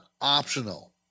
optional